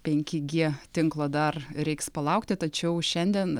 penki gie tinklo dar reiks palaukti tačiau šiandien